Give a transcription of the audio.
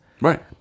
right